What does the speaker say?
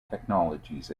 technologies